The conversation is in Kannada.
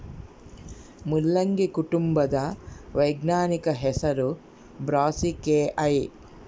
ಮುಲ್ಲಂಗಿ ಕುಟುಂಬದ ವೈಜ್ಞಾನಿಕ ಹೆಸರು ಬ್ರಾಸಿಕೆಐ